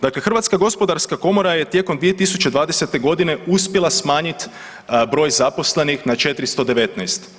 Dakle, Hrvatska gospodarska komora je tijekom 2020. godine uspjela smanjiti broj zaposlenih na 419.